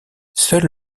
seuls